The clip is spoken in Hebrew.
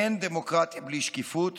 אין דמוקרטיה בלי שקיפות,